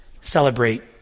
celebrate